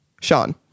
Sean